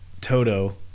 Toto